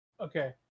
Okay